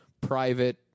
private